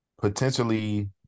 potentially